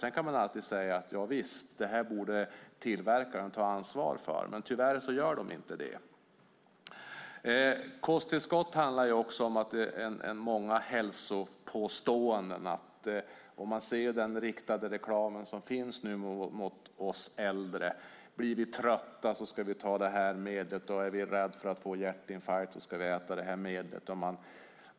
Man kan alltid säga att tillverkarna borde ta ansvar för detta. Men det gör de tyvärr inte. Kosttillskott handlar också om att det är många hälsopåståenden. Man ser den riktade reklam som nu finns mot oss äldre. Blir vi trötta ska vi ta det här preparatet, och är vi rädda för att få hjärtinfarkt ska vi ta det här medlet.